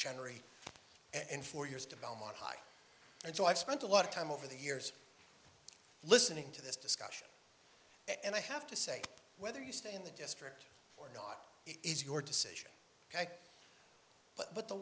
and four years to belmont high and so i spent a lot of time over the years listening to this discussion and i have to say whether you stay in the district or not is your decision ok but